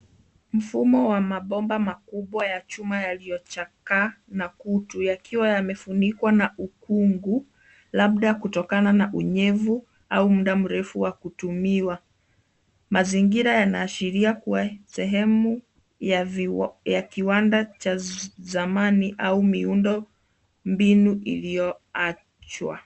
Mfumo wa mabomba makubwa ya chuma yaliyochakaa na kutu, yakiwa yamefunikwa na ukungu, labda kutokana na unyevu au mda mrefu wa kutumiwa. Mazingira yanaashiria kuwa sehemu ya kiwanda cha zamani au miundo mbinu iliyoachwa.